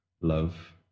love